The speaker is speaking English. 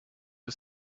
are